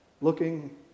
looking